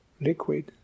liquid